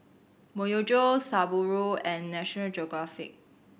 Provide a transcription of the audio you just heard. Myojo Subaru and National Geographic